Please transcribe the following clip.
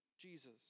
Jesus